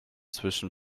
zwischen